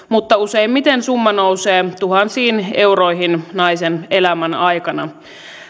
mutta useimmiten summa nousee tuhansiin euroihin naisen elämän aikana